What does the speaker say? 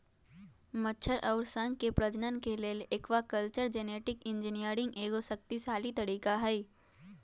मछर अउर शंख के प्रजनन के लेल एक्वाकल्चर जेनेटिक इंजीनियरिंग एगो शक्तिशाली तरीका हई